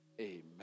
amen